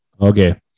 Okay